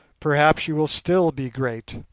perhaps you will still be great.